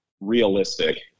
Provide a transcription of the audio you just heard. realistic